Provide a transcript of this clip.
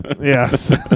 Yes